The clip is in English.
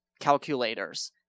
calculators